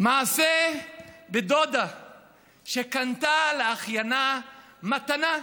מעשה בדודה שקנתה לאחיינה מתנה,